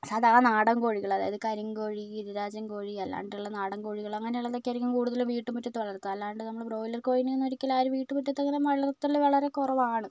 സാധാ നാടൻ കോഴികൾ അതായത് കരിങ്കോഴി ഗിരിരാജൻ കോഴി അല്ലാണ്ടുള്ള നാടൻ കോഴികൾ അങ്ങനെയുള്ളതൊക്കെയായിരിരിക്കും കൂടുതൽ വീട്ടുമുറ്റത്ത് വളർത്തുക അല്ലാണ്ട് നമ്മൾ ബ്രോയ്ലർ കോഴിയെയൊന്നും ഒരിക്കലും ആരും വീട്ടുമുറ്റത്ത് അങ്ങനെ വളർത്തൽ വളരെ കുറവാണ്